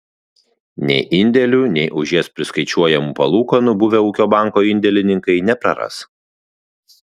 nei indėlių nei už jas priskaičiuojamų palūkanų buvę ūkio banko indėlininkai nepraras